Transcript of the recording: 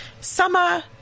summer